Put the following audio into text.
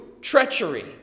treachery